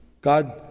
God